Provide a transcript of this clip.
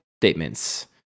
statements